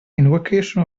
invocation